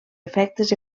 efectes